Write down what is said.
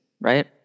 Right